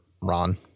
Ron